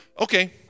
okay